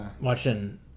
watching